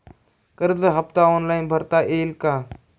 कर्ज हफ्ता ऑनलाईन भरता येईल का?